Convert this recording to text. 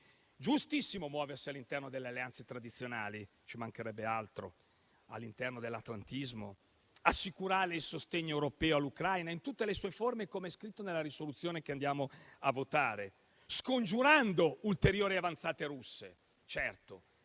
giustissimo muoversi all'interno delle alleanze tradizionali (ci mancherebbe altro) e all'interno dell'atlantismo e assicurare il sostegno europeo all'Ucraina in tutte le sue forme, com'è scritto nella proposta di risoluzione che ci accingiamo a votare, scongiurando ulteriori avanzate russe. Certo,